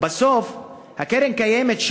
ובסוף הקרן קיימת,